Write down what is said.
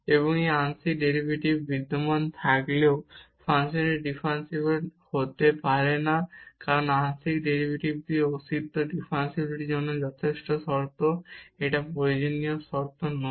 এবং এখানে আংশিক ডেরিভেটিভ বিদ্যমান থাকলেও ফাংশনটি ডিফারেনসিবল হতে পারে না কারণ আংশিক ডেরিভেটিভের অস্তিত্ব ডিফারেনশিবিলিটির জন্য যথেষ্ট শর্ত এটি প্রয়োজনীয় শর্ত নয়